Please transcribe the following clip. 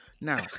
Now